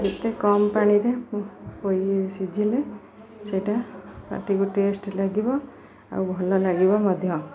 ଯେତେ କମ୍ ପାଣିରେ ପୋଇ ସିଝିଲେ ସେଟା ପାଟିକୁ ଟେଷ୍ଟ ଲାଗିବ ଆଉ ଭଲ ଲାଗିବ ମଧ୍ୟ